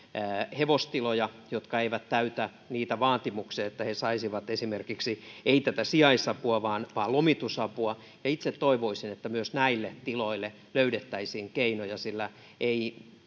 hevostiloja jotka eivät täytä niitä vaatimuksia että ne saisivat esimerkiksi ei tätä sijaisapua vaan vaan lomitusapua itse toivoisin että myös näille tiloille löydettäisiin keinoja sillä ei